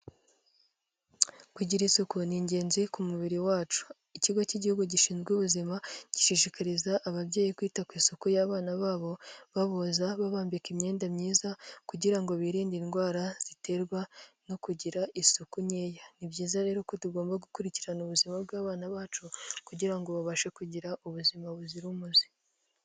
Kugira isuku ni ingenzi ku mubiri wacu, ikigo cy'igihugu gishinzwe ubuzima, gishishikariza ababyeyi kwita ku isuku y'abana babo baboza, babambika imyenda myiza kugira ngo birinde indwara ziterwa no kugira isuku nkeya, ni byiza rero ko tugomba gukurikirana ubuzima bw'abana bacu kugira ngo babashe kugira ubuzima buzira umuze.